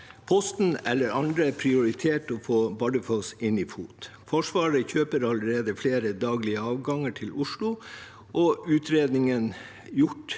Posten eller andre prioritert å få Bardufoss inn i FOT. Forsvaret kjøper allerede flere daglige avganger til Oslo, og utredningen gjort